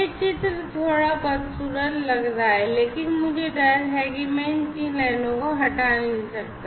यह चित्र थोड़ा बदसूरत लग रहा है लेकिन मुझे डर है कि मैं इन 3 लाइनों को हटा नहीं सकता